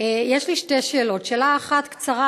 יש לי שתי שאלות: שאלה אחת קצרה,